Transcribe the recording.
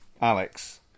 Alex